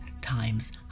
times